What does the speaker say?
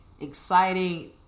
exciting